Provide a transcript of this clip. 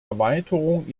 erweiterung